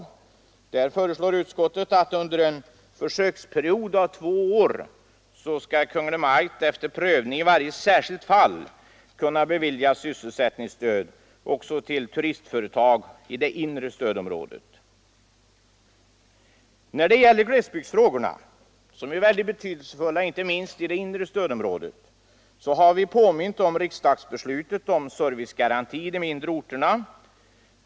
Utskottet föreslår att Kungl. Maj:t under en försöksperiod av två år efter prövning i varje särskilt fall skall kunna bevilja sysselsättningsstöd också till turistföretag i det inre stödområdet. När det gäller glesbygdsfrågorna, som är mycket betydelsefulla inte minst i det inre stödområdet, har vi påmint om riksdagsbeslutet om servicegaranti i de mindre orterna.